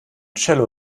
cello